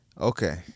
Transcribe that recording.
Okay